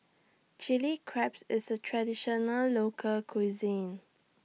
Chili Crabs IS A Traditional Local Cuisine